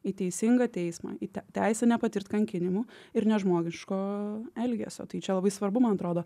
į teisingą teismą į tei teisę nepatirt kankinimų ir nežmogiško elgesio tai čia labai svarbu man atrodo